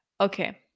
okay